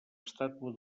estàtua